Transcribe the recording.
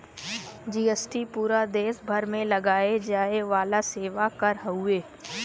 GST पूरा देस भर में लगाये जाये वाला सेवा कर हउवे